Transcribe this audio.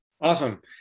Awesome